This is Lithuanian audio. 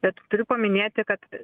bet turiu paminėti kad